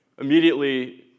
immediately